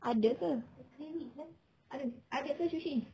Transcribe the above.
ada ke adoi ada ke sushi